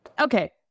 Okay